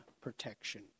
protection